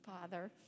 Father